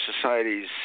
society's